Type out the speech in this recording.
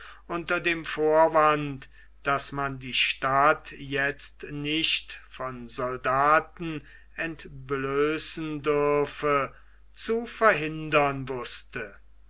unter dem vorwande daß man die stadt jetzt nicht von soldaten entblößen dürfe zu verhindern wußte